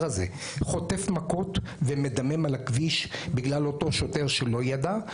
הזה חוטף מכות ומדמם על הכביש בגלל אותו שוטר שלא ידע,